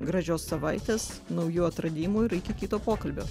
gražios savaitės naujų atradimų ir iki kito pokalbio